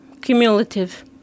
Cumulative